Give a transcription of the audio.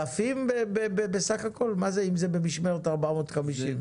אלפים בסך הכול אם זה 450 במשמרת?